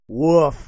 Woof